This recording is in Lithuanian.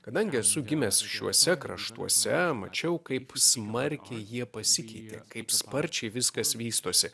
kadangi esu gimęs šiuose kraštuose mačiau kaip smarkiai jie pasikeitė kaip sparčiai viskas vystosi